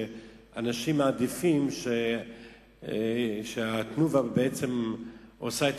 אנשים מעדיפים את "תנובה" שעושה את